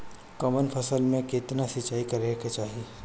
कवन फसल में केतना सिंचाई करेके चाही?